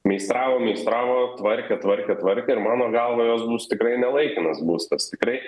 meistravo meistravo tvarkė tvarkė tvarkė ir mano galva jos bus tikrai ne laikinas būstas tikrai